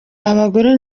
abagore